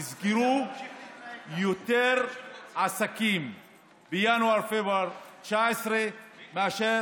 נסגרו יותר עסקים בינואר-פברואר 2019 מאשר